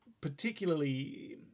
Particularly